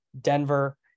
denver